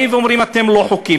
באים ואומרים: אתם לא חוקיים.